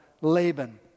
Laban